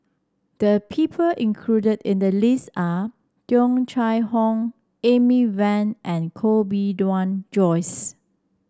the people included in the list are Tung Chye Hong Amy Van and Koh Bee Tuan Joyce